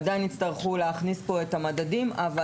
עדיין יצטרכו להכניס כאן את המדדים אבל